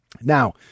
Now